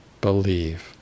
believe